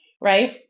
right